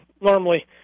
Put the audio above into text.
normally